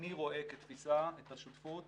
אני רואה כתפיסה את השותפות